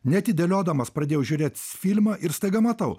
neatidėliodamas pradėjau žiūrėt filmą ir staiga matau